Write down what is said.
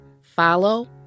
Follow